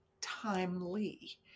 timely